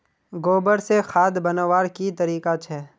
गोबर से खाद बनवार की तरीका छे?